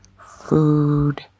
food